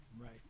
Right